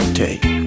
take